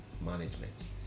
management